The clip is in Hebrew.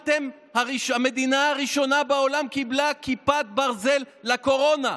המדינה הראשונה בעולם קיבלה כיפת ברזל לקורונה,